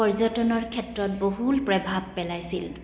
পৰ্যটনৰ ক্ষেত্ৰত বহুল প্ৰভাৱ পেলাইছিল